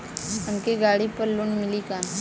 हमके गाड़ी पर लोन मिली का?